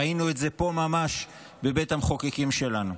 ראינו את זה פה ממש בבית המחוקקים שלנו.